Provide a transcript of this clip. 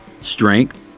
strength